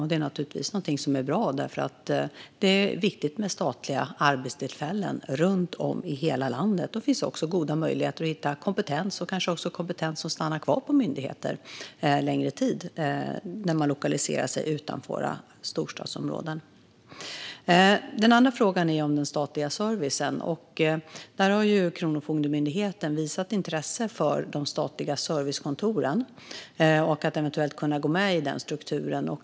Det är naturligtvis något som är bra, för det är viktigt med statliga arbetstillfällen runt om i hela landet. Det finns också goda möjligheter att hitta kompetens och få kompetens att stanna kvar på myndigheter längre tid när de lokaliseras utanför storstadsområdena. Den andra frågan handlar om den statliga servicen. Kronofogdemyndigheten har visat intresse för de statliga servicekontoren och att eventuellt kunna gå med i den strukturen.